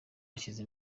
ashyize